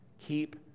Keep